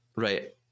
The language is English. Right